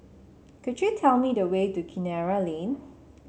could you tell me the way to Kinara Lane